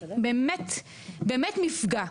באמת מפגע.